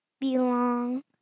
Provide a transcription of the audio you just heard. belong